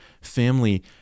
family